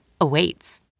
awaits